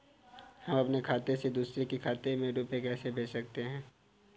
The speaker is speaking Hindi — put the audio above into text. हम अपने खाते से दूसरे के खाते में रुपये कैसे भेज सकते हैं?